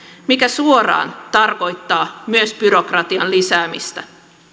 mikä suoraan tarkoittaa myös byrokratian lisäämistä